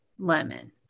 Lemon